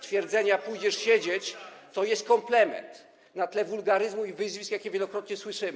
twierdzenia: pójdziesz siedzieć, to jest komplement na tle wulgaryzmów i wyzwisk, jakie wielokrotnie słyszymy.